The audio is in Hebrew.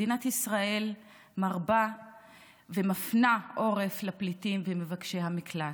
מדינת ישראל מרבה ומפנה עורף לפליטים ולמבקשי המקלט.